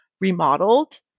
remodeled